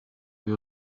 your